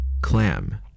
Clam